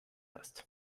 hast